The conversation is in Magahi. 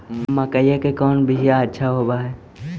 मकईया के कौन बियाह अच्छा होव है?